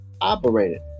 operated